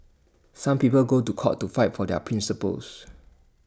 some people go to court to fight for their principles